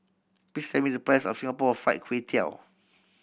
please tell me the price of Singapore Fried Kway Tiao